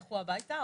לכו הבייתה,